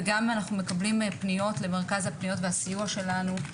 ואנחנו גם מקבלים פניות למרכז הפניות והסיוע שלנו.